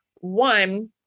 One